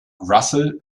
russell